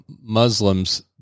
Muslims